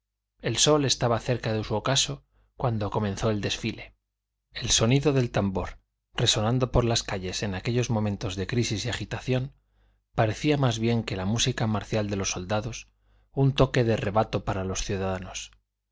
el sol estaba cerca de su ocaso cuando comenzó el desfile el sonido del tambor resonando por las calles en aquellos momentos de crisis y agitación parecía más bien que la música marcial de los soldados un toque de rebato para los ciudadanos